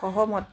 সহমত